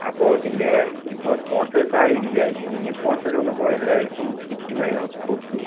അപ്പോൾ ഇതിൻ്റെ ഇപ്പോൾ സ്പോൺസേർഴ്സ് ആരും ഇല്ല ഇതിനു മുന്നേ സ്പോൺസേർസ് വന്നപ്പോൾ എല്ലാവർക്കും കിറ്റും കാര്യങ്ങളുമൊക്കെ കൊടുത്തു